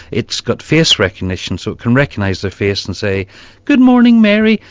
it's got face recognition so it can recognise their face and say good morning mary,